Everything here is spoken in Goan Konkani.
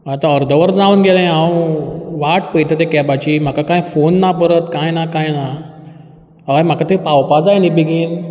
आतां अर्द वर जावन गेलें हांव वाट पयता त्या कॅबाची म्हाका काय फोन ना परत कांय ना कांय ना हय म्हाका तें पावपा जाय न्ही बेगीन